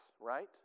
right